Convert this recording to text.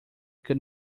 could